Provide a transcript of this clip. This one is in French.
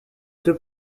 deux